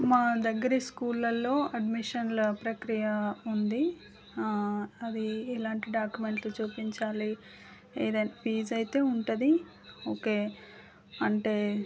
మా దగ్గిర స్కూళ్ళలో అడ్మిషన్ల ప్రక్రియ ఉంది అది ఎలాంటి డాక్యూమెంట్లు చూపించాలి ఏదైన ఫీజ్ అయితే ఉంటుంది ఓకే అంటే